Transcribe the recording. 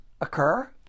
occur